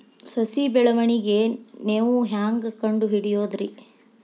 ಸಸಿ ಬೆಳವಣಿಗೆ ನೇವು ಹ್ಯಾಂಗ ಕಂಡುಹಿಡಿಯೋದರಿ?